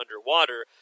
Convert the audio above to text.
underwater